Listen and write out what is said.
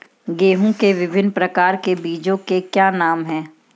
गेहूँ के विभिन्न प्रकार के बीजों के क्या नाम हैं?